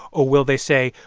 or will they say,